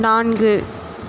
நான்கு